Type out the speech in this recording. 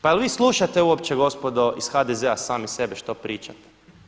Pa jel vi slušate uopće gospodo iz HDZ-a sami sebe što pričate?